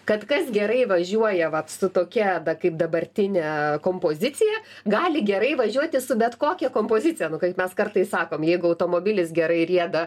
kad kas gerai važiuoja vat su tokia kaip dabartine kompozicija gali gerai važiuoti su bet kokia kompozicija nu kaip mes kartais sakom jeigu automobilis gerai rieda